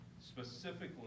specifically